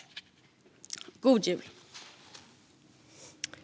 God jul!